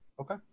Okay